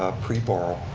ah pre-borrow,